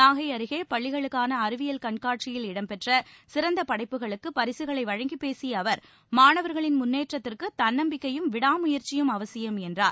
நாகை அருகே பள்ளிகளுக்கான அறிவியல் கண்காட்சியில் இடம் பெற்ற சிறந்த படைப்புகளுக்கு பரிசுகளை வழங்கிப் பேசிய அவர் மாணவர்களின் முன்னேற்றத்திற்கு தன்னம்பிக்கையும் விடாமுயற்சியும் அவசியம் என்றார்